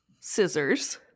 scissors